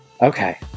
Okay